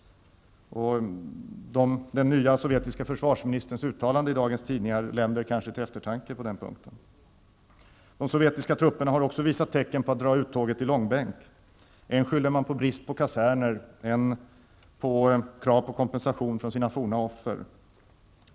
Den nya sovjetiska försvarsministerns uttalanden i dagens tidningar länder kanske till eftertanke på den punkten. De sovjetiska trupperna har också visat tecken på att dra uttåget i långbänk. Än skyller man på brist på kaserner, än på krav på kompensation från sina forna offer.